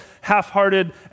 half-hearted